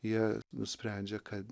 jie nusprendžia kad